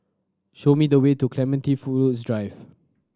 show me the way to Clementi Fool Woods Drive